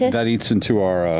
yeah that eats into our